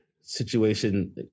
situation